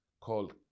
called